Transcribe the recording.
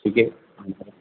ٹھیک ہے